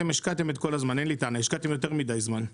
אתם השקעתם את כל הזמן; אין לי טענות השקעתם יותר מדי זמן.